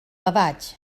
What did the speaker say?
gavatx